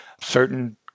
certain